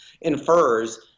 infers